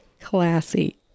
classy